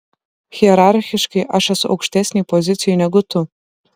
hierarchiškai aš esu aukštesnėj pozicijoj negu tu